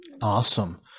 Awesome